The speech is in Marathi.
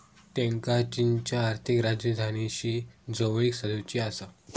त्येंका चीनच्या आर्थिक राजधानीशी जवळीक साधुची आसा